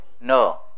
No